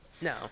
no